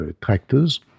tractors